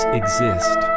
exist